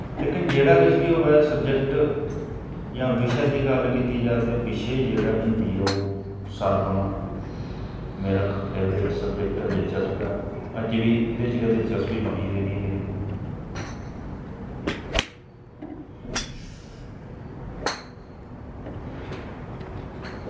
लेकिन जेह्ड़ा किश बी होऐ सब्जैक्ट जां बिशे दी गल्ल कीती जा ते बिशे जेह्ड़ा हिन्दी ऐ ओह् सारें कोला मेरा फेवरट सब्जैक्ट ऐ दिलचस्प ऐ अज्ज बी एह्दे च गै दिलचस्पी बनी रेह्दी ऐ मेरी